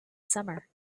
summer